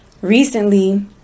recently